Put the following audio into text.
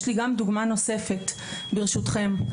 יש לי דוגמה נוספת ברשותכם.